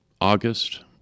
August